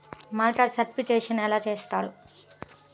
Market certification ఎలా చేస్తారు?